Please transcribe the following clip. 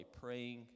praying